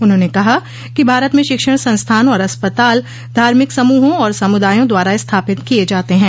उन्होंने कहा कि भारत में शिक्षण संस्थान और अस्पताल धार्मिक समूहों और समुदायों द्वारा स्थापित किए जाते हैं